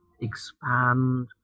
expand